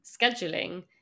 scheduling